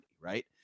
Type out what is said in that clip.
Right